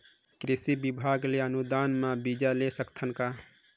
कृषि विभाग ले अनुदान म बीजा ले सकथव का?